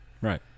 Right